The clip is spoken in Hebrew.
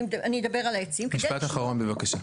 אני אדבר על העצים --- משפט אחרון, בבקשה.